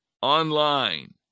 Online